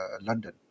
London